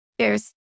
Cheers